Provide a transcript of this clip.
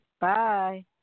Bye